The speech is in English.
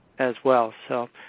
as well. so,